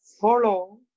follow